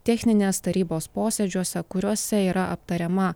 techninės tarybos posėdžiuose kuriuose yra aptariama